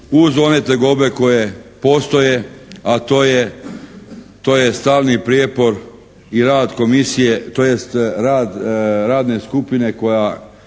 uz one tegobe koje postoje, a to je stalni prijepor i rad komisije, tj. rad radne skupine koja